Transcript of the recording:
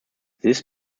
this